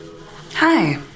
Hi